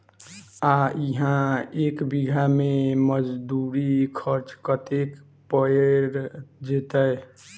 आ इहा एक बीघा मे मजदूरी खर्च कतेक पएर जेतय?